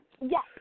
Yes